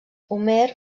homer